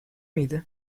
miydi